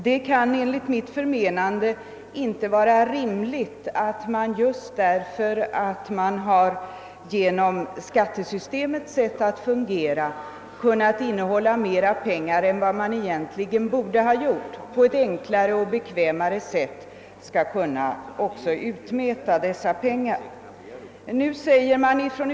Det kan enligt mitt förmenande inte vara rimligt att skattesystemets sätt att fungera, varigenom mera pengar än vad som egentligen borde ha skett innehål lits, också skall leda till att dessa pengar enklare och bekvämare kan utmätas.